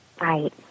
Right